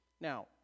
Now